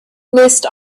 list